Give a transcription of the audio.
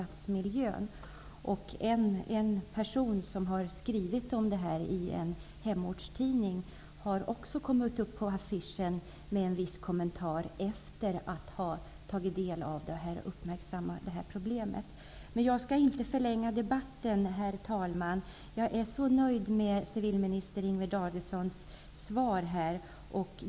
En person som har uppmärksammat det här problemet och skrivit om det i en hemortstidning har också kommit upp på affischen, med en viss kommentar. Jag skall inte förlänga debatten, herr talman, jag är så nöjd med civilminister Inger Davidsons svar.